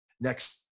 Next